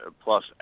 plus